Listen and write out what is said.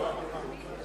אי-אמון בממשלה